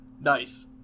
Nice